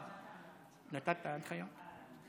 נתת הנחיות?